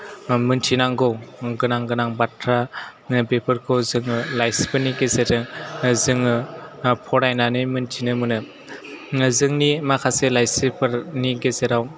मिन्थिनांगौ गोनां गोनां बाथ्रा बेफोरखौ जोङो लाइसिफोरनि गेजेरजों जोङो फरायनानै मिन्थिनो मोनो जोंनि माखासे लाइसिफोरनि गेजेराव